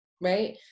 right